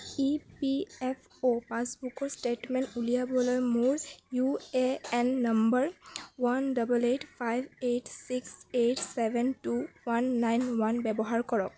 ই P F অ' পাছবুকৰ statement উলিয়াবলৈ মোৰ U A N number one double eight five eight six eight seven two one nine one ব্যৱহাৰ কৰক